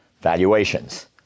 valuations